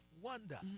wonder